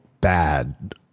bad